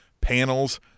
panels